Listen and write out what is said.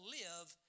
live